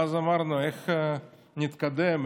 ואמרנו: איך נתקדם?